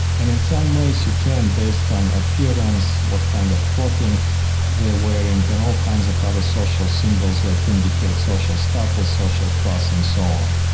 and in some ways you can based on appearance, what kind of clothing they are wearing, and all kinds of other social symbols that indicate social status, social class and so on.